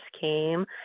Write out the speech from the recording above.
came